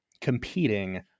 competing